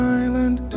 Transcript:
island